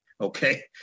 Okay